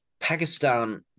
Pakistan